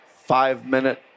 five-minute